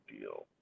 deal